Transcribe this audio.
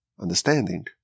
understanding